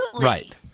Right